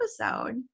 episode